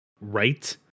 right